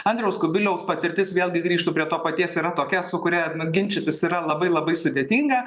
andriaus kubiliaus patirtis vėlgi grįžtu prie to paties yra tokia su kuria ginčytis yra labai labai sudėtinga